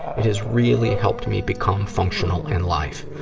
it has really helped me become functional in life,